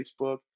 Facebook